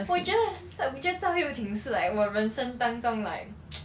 我也觉得 like 我觉得他会有挺适 like 我人生当中 like